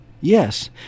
Yes